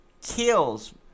Kills